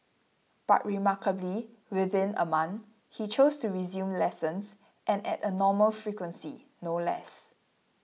but remarkably within a month he chose to resume lessons and at a normal frequency no less